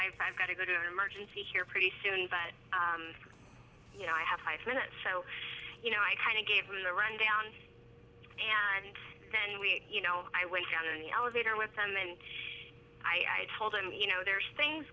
know i've got to go to an emergency here pretty soon but you know i have five minutes so you know i kind of gave me the rundown view and then we you know i went down in the elevator with them and i i told him you know there's things